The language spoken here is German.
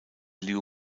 liu